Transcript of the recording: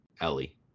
Ellie